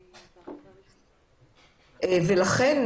לכן,